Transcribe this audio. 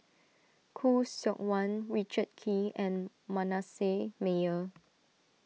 Khoo Seok Wan Richard Kee and Manasseh Meyer